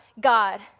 God